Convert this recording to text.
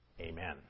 Amen